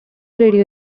radio